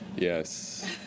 Yes